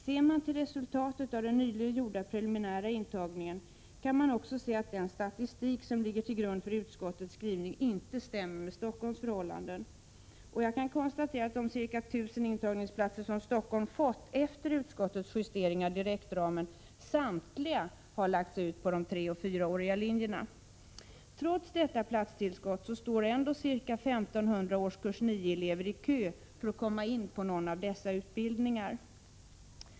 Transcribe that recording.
Ser man till resultatet av den nyligen gjorda preliminära intagningen, kan man också se att den statistik som ligger till grund för utskottets skrivning inte stämmer med Stockholms förhållanden. Och jag kan konstatera att de ca 1000 intagningsplatser som Stockholm fått efter utskottets justering av direktramen samtliga lagts ut på de treoch fyraåriga linjerna. Trots detta platstillskott står ca 1 500 årskurs 9-elever i kö för att komma in på någon av dessa utbildningar.